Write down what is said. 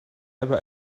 about